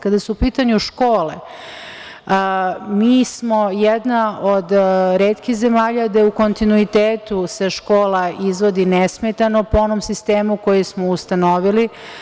Kada su u pitanju škole, mi smo jedna od retkih zemalja gde se u kontinuitetu škola izvodi nesmetano, po onom sistemu koji smo ustanovili.